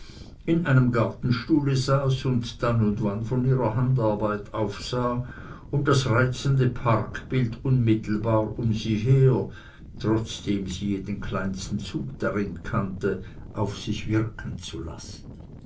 in einem gartenstuhle saß und dann und wann von ihrer handarbeit aufsah um das reizende parkbild unmittelbar um sie her trotzdem sie jeden kleinsten zug darin kannte auf sich wirken zu lassen